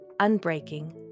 unbreaking